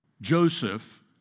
Joseph